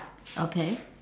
okay